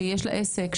שיש לה עסק,